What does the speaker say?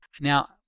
Now